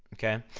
okay,